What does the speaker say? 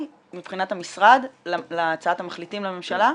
מבחינת המשרד להצעת המחליטים לממשלה?